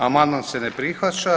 Amandman se ne prihvaća.